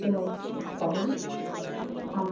জবাই করে আম